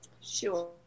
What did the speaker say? sure